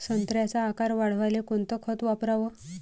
संत्र्याचा आकार वाढवाले कोणतं खत वापराव?